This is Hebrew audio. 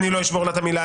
אני לא אשבור לה את המילה.